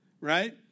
right